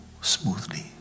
smoothly